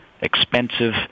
expensive